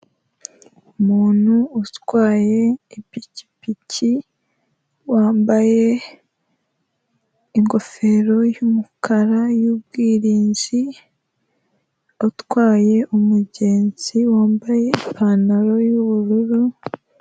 Umuntu utwaye ipikipiki wambaye ingofero y'umukara y'ubwirinzi, utwaye umugenzi wambaye ipantaro yubururu.